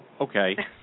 Okay